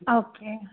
okay